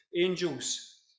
angels